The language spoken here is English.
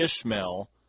Ishmael